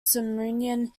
sumerian